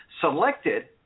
selected